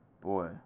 Boy